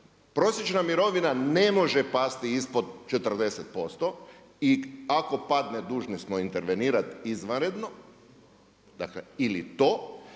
prosječna mirovina ne može pasti ispod 40% i ako padne dužni smo intervenirati izvanredno ili to